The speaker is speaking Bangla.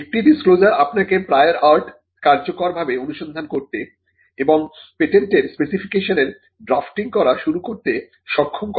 একটি ডিসক্লোজার আপনাকে প্রায়র আর্ট কার্যকরভাবে অনুসন্ধান করতে এবং পেটেন্টের স্পেসিফিকেশনের ড্রাফ্টটিং করা শুরু করতে সক্ষম করে